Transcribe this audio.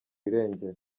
irengero